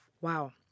Wow